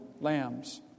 lambs